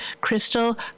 crystal